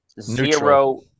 zero